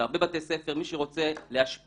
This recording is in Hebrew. בהרבה בתי ספר מי שרוצה להשפיע,